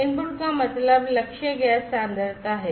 input का मतलब लक्ष्य गैस सांद्रता है